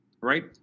right